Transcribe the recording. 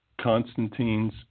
Constantine's